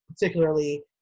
particularly